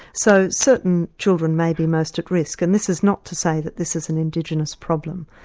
so certain children may be most at risk and this is not to say that this is an indigenous problem,